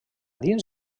dins